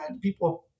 people